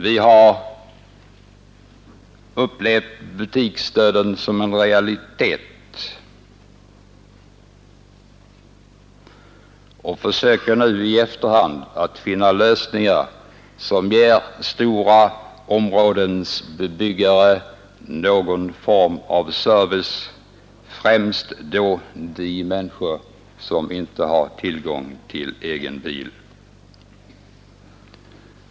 Vi har upplevt butiksdöden som en realitet och försöker nu i efterhand att finna lösningar som ger stora områdens bebyggare någon form av service, främst då de människor som inte har tillgång till egen bil.